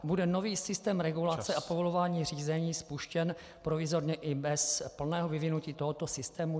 Bude nový systém regulace a povolování řízení spuštěn provizorně i bez plného vyvinutí tohoto systému?